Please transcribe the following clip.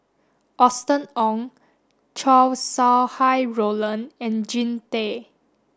Austen Ong Chow Sau Hai Roland and Jean Tay